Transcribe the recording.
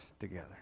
together